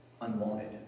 unwanted